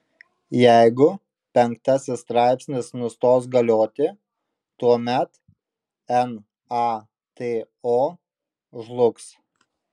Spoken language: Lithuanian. jeigu penktasis straipsnis nustos galioti tuomet nato žlugs